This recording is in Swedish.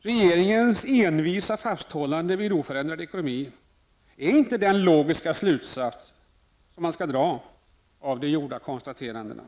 Regeringens envisa fasthållande vid oförändrad ekonomi är inte den logiska slutsats man skall dra av de gjorda konstaterandena.